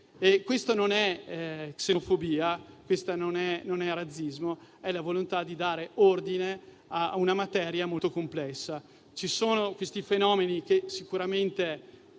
Questa non è xenofobia, non è razzismo, ma è la volontà di dare ordine a una materia molto complessa. Questi fenomeni sicuramente